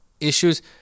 issues